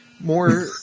More